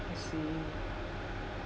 I see